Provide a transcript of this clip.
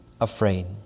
afraid